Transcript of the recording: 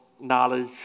knowledge